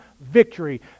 victory